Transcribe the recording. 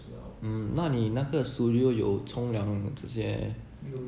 mm 那你那个有冲凉这些